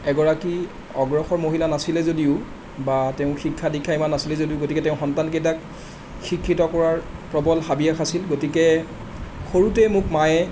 এগৰাকী অগ্ৰসৰ মহিলা নাছিলে যদিও বা তেওঁৰ শিক্ষা দীক্ষা ইমান নাছিলে যদিও গতিকে তেওঁ সন্তান কেইটাক শিক্ষিত কৰাৰ প্ৰবল হাবিয়াস আছিল গতিকে সৰুতেই মোক মায়ে